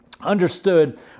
understood